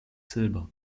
silber